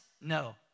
No